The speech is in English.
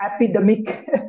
Epidemic